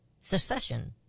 secession